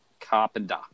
Carpenter